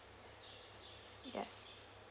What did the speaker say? yes